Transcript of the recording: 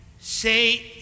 say